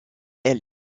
elle